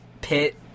pit